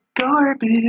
garbage